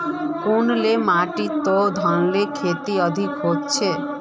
कुन माटित धानेर खेती अधिक होचे?